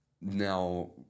now